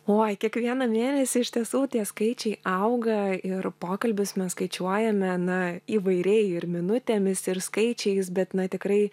oi kiekvieną mėnesį iš tiesų tie skaičiai auga ir pokalbius mes skaičiuojame na įvairiai ir minutėmis ir skaičiais bet na tikrai